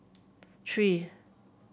three